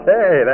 Hey